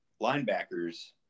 linebackers